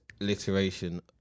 alliteration